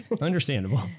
Understandable